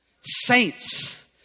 saints